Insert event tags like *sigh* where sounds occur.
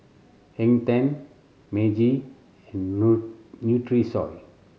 Hang Ten Meiji and *unintelligible* Nutrisoy